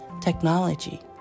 technology